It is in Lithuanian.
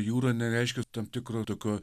jūra nereiškia tam tikro tokio